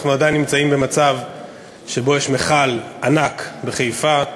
אנחנו עדיין נמצאים במצב שבו יש מכל ענק בחיפה,